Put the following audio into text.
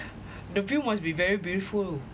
the view must be very beautiful